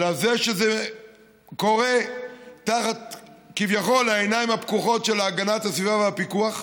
אלא זה שזה קורה תחת כביכול העיניים הפקוחות של הגנת הסביבה והפיקוח,